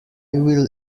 will